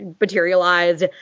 materialized